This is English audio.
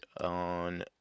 on